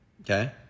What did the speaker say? Okay